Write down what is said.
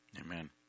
amen